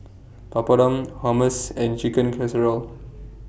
Papadum Hummus and Chicken Casserole